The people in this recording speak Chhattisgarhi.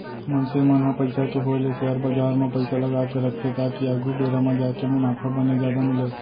मनसे मन ह पइसा के होय ले सेयर बजार म पइसा लगाके रखथे ताकि आघु बेरा म जाके मुनाफा बने जादा मिलय